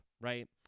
right